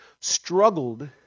struggled